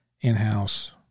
in-house